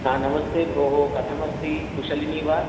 हा नमस्ते भोः कथमस्ती कुशलिनी वा